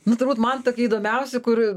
nu turbūt man tokie įdomiausi kur